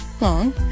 long